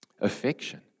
Affection